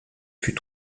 fut